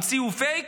המציאו פייק,